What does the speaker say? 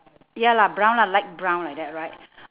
ya lah brown lah light brown like that right